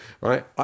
Right